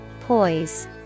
Poise